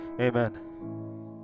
Amen